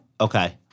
Okay